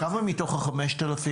כמה מתוך ה-5,000,